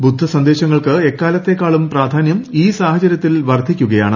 ബുദ്ധ സന്ദേശങ്ങൾക്ക് എക്കാലത്തേക്കാളും പ്രാധാന്യം ഈ സാഹചര്യത്തിൽ വർദ്ധീക്കുകയാണ്